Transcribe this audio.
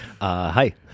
Hi